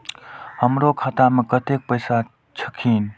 हमरो खाता में कतेक पैसा छकीन?